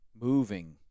Moving